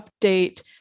update